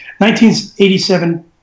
1987